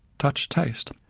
touch taste,